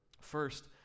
First